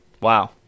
Wow